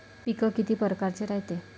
पिकं किती परकारचे रायते?